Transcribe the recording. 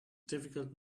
difficult